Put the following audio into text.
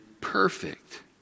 perfect